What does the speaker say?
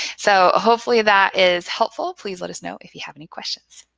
so hopefully that is helpful. please let us know if you have any questions.